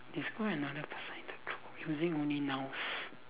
describe another person in the group using only nouns